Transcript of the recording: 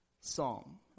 psalm